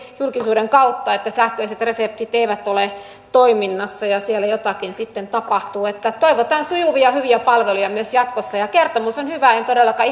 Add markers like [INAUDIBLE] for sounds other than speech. julkisuuden kautta että sähköiset reseptit eivät ole toiminnassa ja siellä jotakin sitten tapahtuu niin että toivotaan sujuvia hyviä palveluja myös jatkossa kertomus on hyvä en todellakaan [UNINTELLIGIBLE]